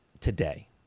today